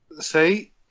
See